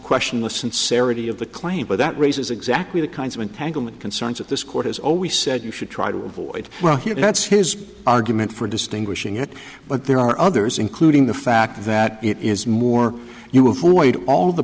question the sincerity of the claim but that raises exactly the kinds of entanglement concerns that this court has always said you should try to avoid well here that's his argument for distinguishing it but there are others including the fact that it is more you avoid all the